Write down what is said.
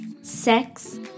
sex